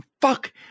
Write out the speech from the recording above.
Fuck